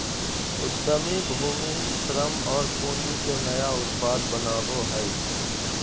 उद्यमी भूमि, श्रम और पूँजी के नया उत्पाद बनावो हइ